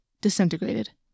disintegrated